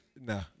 No